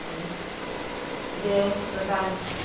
ତା'ପରେ ଡ଼୍ରେସ୍ ପଟା